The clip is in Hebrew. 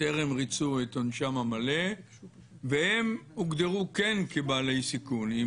טרם ריצו את עונשם המלא והם הוגדרו כן כבעלי סיכון?